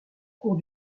cours